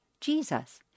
Jesus